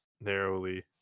narrowly